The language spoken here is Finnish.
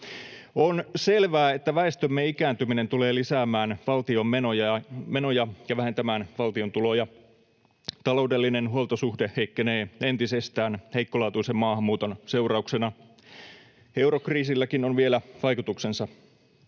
On selvää, että väestömme ikääntyminen tulee lisäämään valtion menoja ja vähentämään valtion tuloja. Taloudellinen huoltosuhde heikkenee entisestään heikkolaatuisen maahanmuuton seurauksena. Eurokriisilläkin on vielä vaikutuksensa.